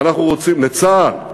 לצה"ל,